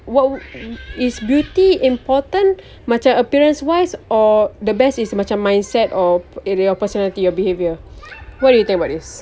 wh~ is beauty important macam appearance wise or the best is macam mindset or the opportunity of behaviour what do you think about this